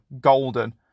golden